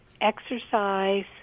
exercise